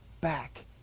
back